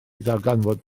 ddarganfod